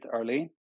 early